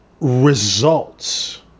results